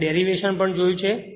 આપણે ડેરિવેશન પણ જોયું છે